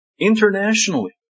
internationally